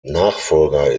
nachfolger